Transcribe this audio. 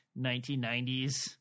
1990s